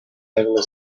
heavily